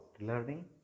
learning